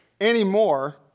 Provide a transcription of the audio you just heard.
anymore